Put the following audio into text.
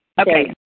Okay